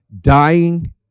dying